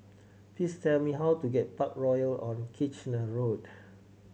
please tell me how to get Parkroyal on Kitchener Road